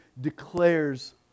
declares